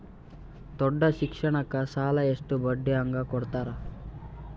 ದೊಡ್ಡ ಶಿಕ್ಷಣಕ್ಕ ಸಾಲ ಎಷ್ಟ ಬಡ್ಡಿ ಹಂಗ ಕೊಡ್ತಾರ?